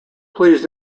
please